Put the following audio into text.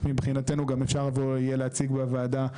מבחינתנו אפשר יהיה לבוא ולשתף בוועדה,